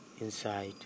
inside